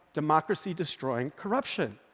democracy-destroying corruption,